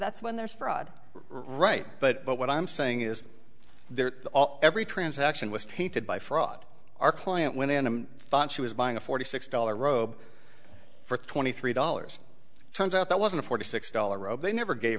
that's when there's fraud right but what i'm saying is there every transaction was tainted by fraud our client went in and thought she was buying a forty six dollars robe for twenty three dollars turns out that wasn't forty six dollars they never gave